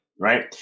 Right